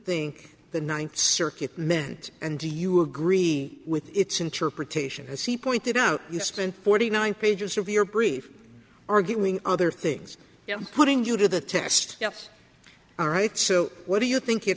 think the ninth circuit meant and do you agree with its interpretation as he pointed out you spend forty nine pages of your brief arguing other things you know putting you to the test yes all right so what do you think